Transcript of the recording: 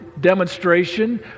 demonstration